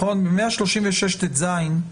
ב-136טז,